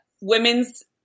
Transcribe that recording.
women's